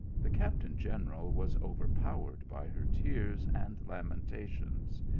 the captain-general was overpowered by her tears and lamentations,